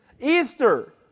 Easter